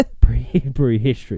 Prehistory